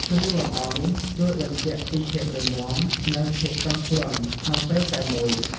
គ្រឿងលម្អនេះជួយបញ្ជាក់ពីភាពរឹងមាំ និងភាពទន់ភ្លន់ក្នុងពេលតែមួយ។